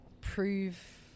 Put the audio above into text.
prove